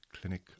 Clinic